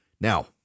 Now